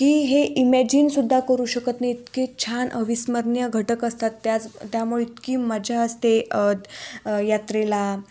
की हे इमॅजिनसुद्धा करू शकत नाही इतके छान अविस्मरणीय घटक असतात त्याच त्यामुळे इतकी मजा असते यात्रेला